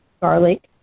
garlic